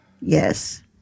Yes